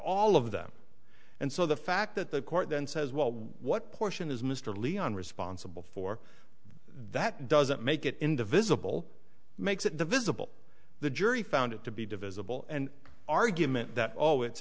all of them and so the fact that the court then says well what portion is mr leon responsible for that doesn't make it in the visible makes it visible the jury found it to be divisible and argument that